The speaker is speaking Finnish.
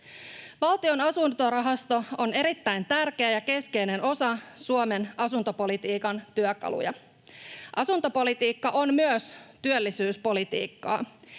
Valtion asuntorahasto on erittäin tärkeä ja keskeinen osa Suomen asuntopolitiikan työkaluja. Asuntopolitiikka on myös työllisyyspolitiikkaa,